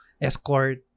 escort